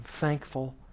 thankful